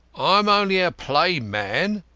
i am only a plain man,